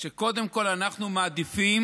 שקודם כול אנחנו מעדיפים